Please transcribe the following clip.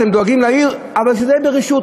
אתם דואגים לעיר, אבל זה ברשות.